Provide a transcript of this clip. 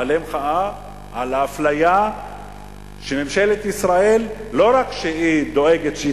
מאהלי מחאה על האפליה שממשלת ישראל לא רק שהיא דואגת שהיא